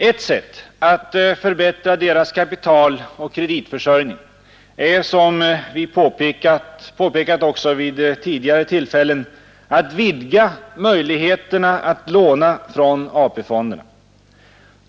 Ett sätt att förbättra deras kapitaloch kreditförsörjning är, som vi också har påpekat vid tidigare tillfällen i riksdagen, att vidga möjligheterna att låna från AP-fonderna.